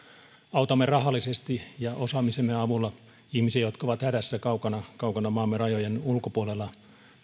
autamme rahallisesti ja osaamisemme avulla ihmisiä jotka ovat hädässä kaukana kaukana maamme rajojen ulkopuolella